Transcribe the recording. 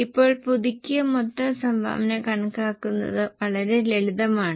ഇപ്പോൾ പുതുക്കിയ മൊത്തം സംഭാവന കണക്കാക്കുന്നത് വളരെ ലളിതമാണ്